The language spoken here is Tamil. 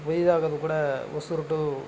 புதிதாக இப்போக்கூட ஒசூர் டு